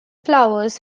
flowers